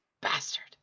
Bastard